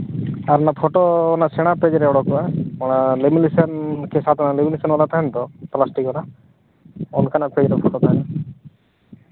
ᱟᱨ ᱚᱱᱟ ᱯᱷᱳᱴᱳ ᱚᱱᱟ ᱥᱮᱬᱟ ᱯᱮᱡᱽ ᱨᱮ ᱩᱰᱩᱠᱚᱜᱼᱟ ᱞᱮᱢᱤᱱᱮᱥᱮᱱ ᱞᱮᱢᱤᱱᱮᱥᱮᱱ ᱵᱟᱞᱟ ᱛᱟᱦᱮᱸ ᱱᱟᱛᱚ ᱯᱞᱟᱥᱴᱤᱠ ᱵᱟᱞᱟ ᱚᱱᱠᱟᱱᱟᱜ ᱯᱮᱡᱽ ᱨᱮ ᱯᱷᱳᱴᱳ ᱛᱟᱦᱮᱱᱟ